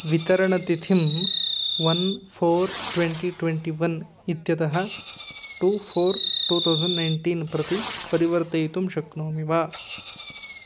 वितरणतिथिं one four twenty twenty one इत्यतः two four two thousand nineteen प्रति परिवर्तयितुं शक्नोमि वा